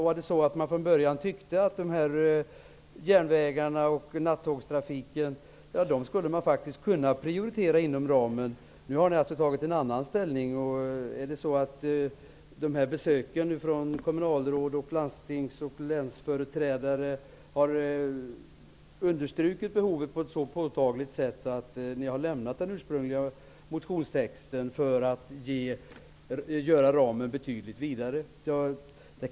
Var det så att man från början tyckte att de här järnvägarna och den här nattågstrafiken faktiskt kunde prioriteras inom gällande ram? Nu har ni gjort ett annat ställningstagande. Och är det så att besöken av kommunalråd och landstings och länsföreträdarna har understrukit behovet på ett så påtagligt sätt att ni har lämnat den ursprungliga motionstexten för att betydligt vidga ramen?